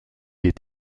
est